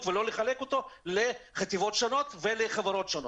ולא לחלק אותו לחטיבות שונות ולחברות שונות.